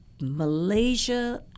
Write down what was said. Malaysia